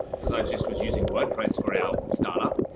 because i just was using wordpress for our startup.